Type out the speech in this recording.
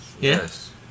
Yes